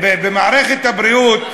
במערכת הבריאות,